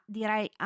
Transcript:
direi